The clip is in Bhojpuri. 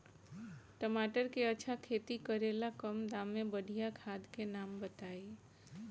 टमाटर के अच्छा खेती करेला कम दाम मे बढ़िया खाद के नाम बताई?